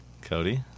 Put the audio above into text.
Cody